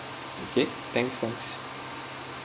okay thanks thanks